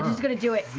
i'm just going to do it.